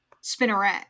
spinneret